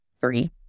Three